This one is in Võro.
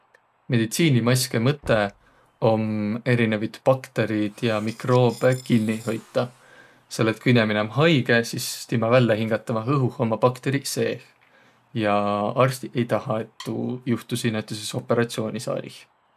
Meditsiinimaskõ mõtõq om erinevit bakteriid ja mikroobõ kinniq hoitaq. Selle et ku inemine om haigõ, sis timä vällä hingatavah õhuh ummaq bakteriq seeh. Ja arstiq ei tahaq, et tuu johtunuq näütüses operatsioonisaalih.